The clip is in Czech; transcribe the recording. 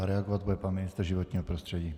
Reagovat bude pan ministr životního prostředí.